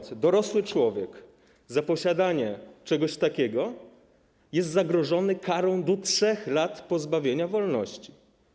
Dorosły człowiek za posiadanie czegoś takiego jest zagrożony karą do 3 lat pozbawienia wolności.